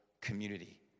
community